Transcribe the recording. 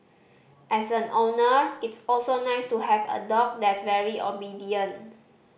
as an owner it's also nice to have a dog that's very obedient